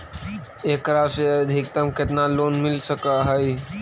एकरा से अधिकतम केतना लोन मिल सक हइ?